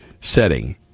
setting